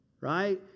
Right